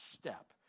step